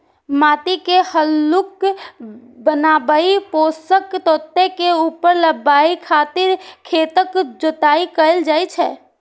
माटि के हल्लुक बनाबै, पोषक तत्व के ऊपर लाबै खातिर खेतक जोताइ कैल जाइ छै